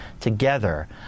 together